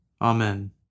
Amen